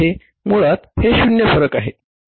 मुळात हे शून्य फरक आहे